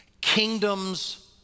Kingdoms